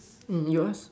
hmm you ask